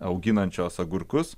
auginančios agurkus